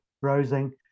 browsing